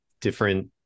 different